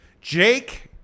Jake